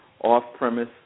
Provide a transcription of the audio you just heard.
off-premise